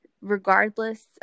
regardless